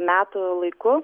metų laiku